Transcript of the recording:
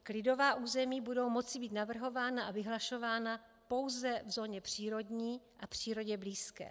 Klidová území budou moci být navrhována a vyhlašována pouze v zóně přírodní a přírodě blízké.